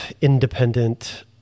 independent